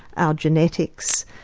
our genetics,